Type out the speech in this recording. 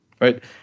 right